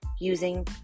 using